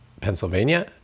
Pennsylvania